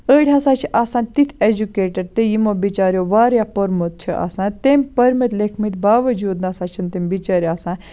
أڑۍ ہَسا چھِ آسان تِتھ ایٚجُکیٹِڑ تہِ یِمو بِچاریٚو واریاہ پوٚرمُت چھُ آسان تمۍ پٔرمٕتۍ لیٚکھمٕتۍ باوَجوٗد نَسا چھِنہٕ تِم بِچٲر آسان